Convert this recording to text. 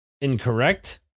Incorrect